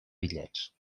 bitllets